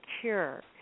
cure